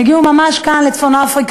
הם הגיעו ממש לצפון-אפריקה.